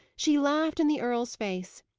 she laughed in the earl's face.